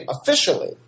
officially